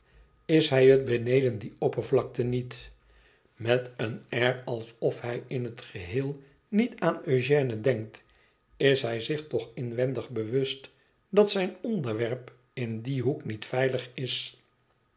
vriend beneden die oppervlakte niet met een air alsof hij in het geheel niet aan eugène denkt is hij zich toch inwendig bewust dat zijn onderwerp in dien hoek niet veilig is